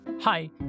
Hi